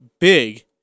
big